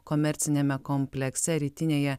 komerciniame komplekse rytinėje